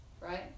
right